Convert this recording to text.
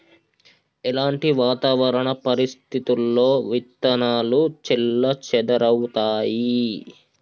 ఎలాంటి వాతావరణ పరిస్థితుల్లో విత్తనాలు చెల్లాచెదరవుతయీ?